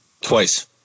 Twice